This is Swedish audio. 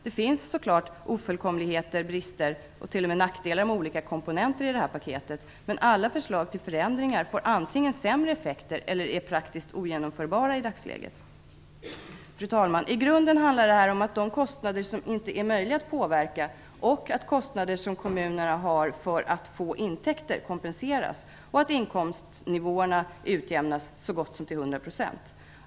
Det finns naturligtvis ofullkomligheter, brister, och t.o.m. nackdelar med olika komponenter i det här paketet, men alla förslag till förändringar får antingen sämre effekter eller är praktiskt ogenomförbara i dagsläget. Fru talman! I grunden handlar det om att de kostnader som inte är möjliga att påverka och att kostnader som kommunerna har för att få intäkter kompenseras och att inkomstnivåerna utjämnas så gott som till hundra procent.